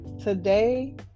today